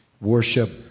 worship